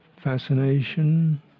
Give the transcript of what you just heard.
fascination